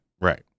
right